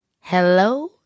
Hello